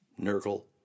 Nurgle